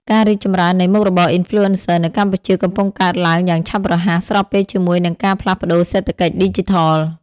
ការរីកចម្រើននៃមុខរបរ Influencer នៅកម្ពុជាកំពុងកើតឡើងយ៉ាងឆាប់រហ័ស ស្របពេលជាមួយនឹងការផ្លាស់ប្ដូរសេដ្ឋកិច្ចឌីជីថល។